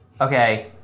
Okay